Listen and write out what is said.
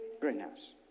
Greenhouse